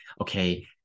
okay